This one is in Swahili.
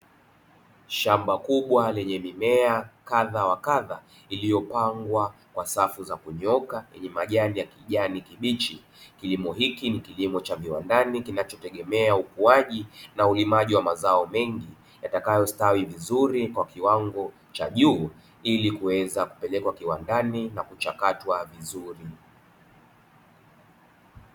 Shamba kubwa lenye mimea kadha wa kadha iliyopangwa kwa safu za kunyooka yenye majani ya kijani kibichi, kilimo hiki ni kilimo cha viwandani kinachotegemea ukuaji na ulimaji wa mazao mengi, yatakayostawi vizuri kwa kiwango cha juu ili kuweza kupelekwa kiwandani na kuchakatwa vizuri.